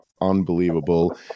unbelievable